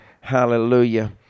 hallelujah